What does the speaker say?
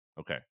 Okay